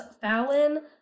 fallon